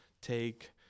take